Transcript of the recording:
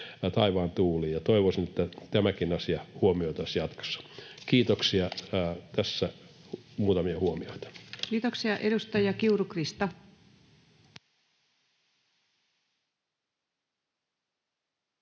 Toivoisin, että tämäkin asia huomioitaisiin jatkossa. — Kiitoksia, tässä muutamia huomioita. [Speech 42] Speaker: Ensimmäinen